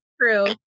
true